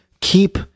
keep